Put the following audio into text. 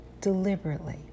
deliberately